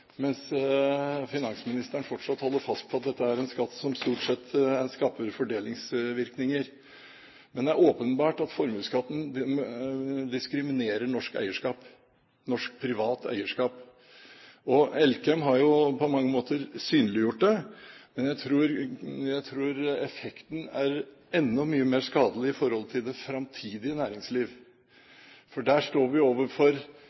mens finansministeren fortsatt holder fast på at dette er en skatt som stort sett gir fordelingsvirkninger. Men det er åpenbart at formuesskatten diskriminerer norsk privat eierskap. Elkem har jo på mange måter synliggjort det, men jeg tror effekten er enda mye mer skadelig i forhold til det framtidige næringsliv, for der står vi overfor